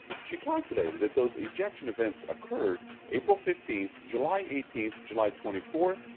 she calculated those ejection events occurred april fifteen, july eighteen, july twenty four,